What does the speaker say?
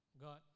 God